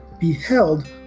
beheld